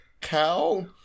cow